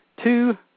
two